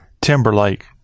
Timberlake